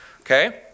Okay